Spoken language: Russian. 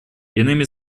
иными